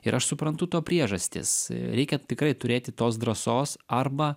ir aš suprantu to priežastis reikia tikrai turėti tos drąsos arba